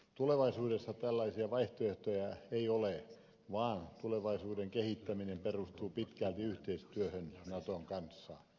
tulevaisuudessa tällaisia vaihtoehtoja ei ole vaan tulevaisuuden kehittäminen perustuu pitkälti yhteistyöhön naton kanssa